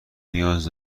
نیاز